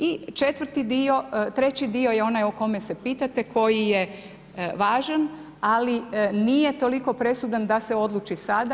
I četvrti dio, treći dio je onaj o kome se pitate, koji je važan ali nije toliko presudan da se odluči sada.